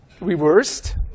reversed